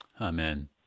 Amen